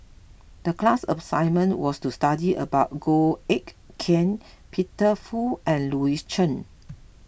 the class assignment was to study about Goh Eck Kheng Peter Fu and Louis Chen